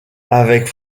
avec